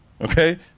okay